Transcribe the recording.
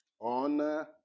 on